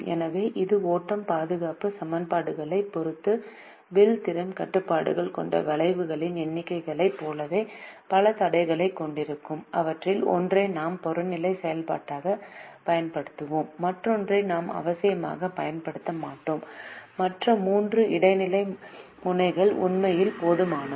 எனவே இது ஓட்டம் பாதுகாப்பு சமன்பாடுகளைப் பொறுத்து வில் திறன் கட்டுப்பாடுகள் கொண்ட வளைவுகளின் எண்ணிக்கையைப் போலவே பல தடைகளைக் கொண்டிருக்கும் அவற்றில் ஒன்றை நாம் புறநிலை செயல்பாடாகப் பயன்படுத்துவோம் மற்றொன்றை நாம் அவசியமாகப் பயன்படுத்த மாட்டோம் மற்ற மூன்று இடைநிலை முனைகள் உண்மையில் போதுமானவை